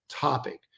topic